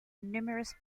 numerous